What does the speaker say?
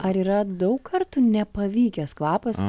ar yra daug kartų nepavykęs kvapas